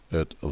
het